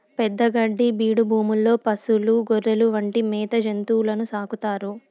పెద్ద గడ్డి బీడు భూముల్లో పసులు, గొర్రెలు వంటి మేత జంతువులను సాకుతారు